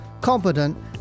competent